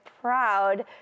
proud